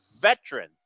veteran